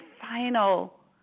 final